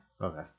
Okay